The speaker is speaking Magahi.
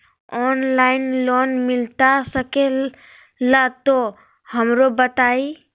ऑनलाइन लोन मिलता सके ला तो हमरो बताई?